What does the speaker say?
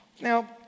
Now